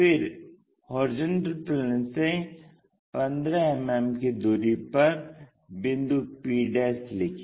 फिर HP से 15 मिमी की दूरी पर बिंदु p लिखें